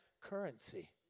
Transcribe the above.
Currency